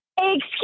Excuse